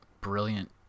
Brilliant